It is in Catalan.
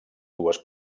dues